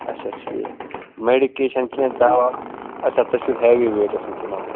اَچھا ٹھیٖک میڈِکیشن کیٚنٛہہ دَوا اَچھا تُہۍ چھِو ہیوِی ویٹ ٲسۍمٕتۍ تُلان